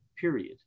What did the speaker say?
period